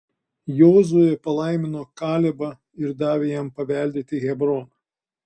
jozuė palaimino kalebą ir davė jam paveldėti hebroną